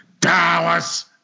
Dallas